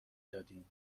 دادیم